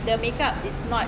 the makeup is not